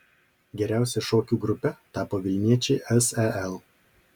geriausia šokių grupe tapo vilniečiai sel